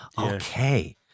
Okay